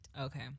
Okay